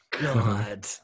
God